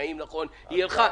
נכון, היא היתה בקשיים.